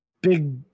big